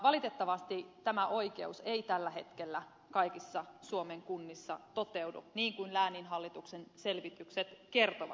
valitettavasti tämä oikeus ei tällä hetkellä kaikissa suomen kunnissa toteudu niin kuin lääninhallituksen selvitykset kertovat